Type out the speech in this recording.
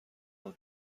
اون